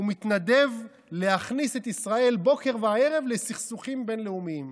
הוא מתנדב להכניס את ישראל בוקר וערב לסכסוכים בין-לאומיים.